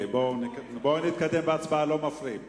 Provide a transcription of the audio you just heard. בואו נתקדם בהצבעה, לא מפריעים.